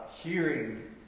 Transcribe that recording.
hearing